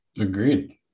Agreed